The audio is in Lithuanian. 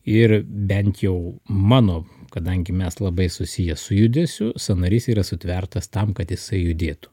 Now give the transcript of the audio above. ir bent jau mano kadangi mes labai susiję su judesiu sąnarys yra sutvertas tam kad jisai judėtų